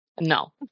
No